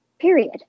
period